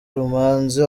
rumanzi